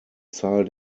zahl